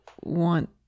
want